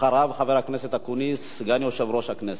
אחריו, חבר הכנסת אקוניס, סגן יושב-ראש הכנסת.